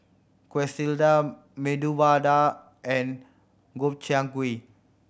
Quesadillas Medu Vada and Gobchang Gui